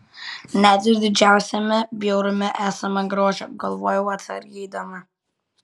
net ir didžiausiame bjaurume esama grožio galvojau atsargiai eidama